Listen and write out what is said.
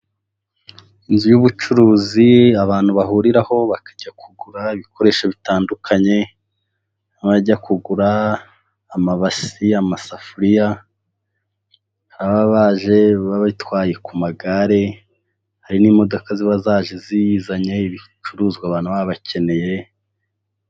Inzu y'ubucuruzi abantu bahuriraho bakajya kugura ibikoresho bitandukanye, abajya kugura amabasi, amasafuriya, ababa baje babitwaye ku magare, hari n'imodoka ziba zaje zizanye ibicuruzwa abantu baba bakeneye.